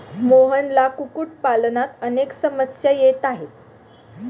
मोहनला कुक्कुटपालनात अनेक समस्या येत आहेत